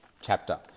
chapter